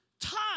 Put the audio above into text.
time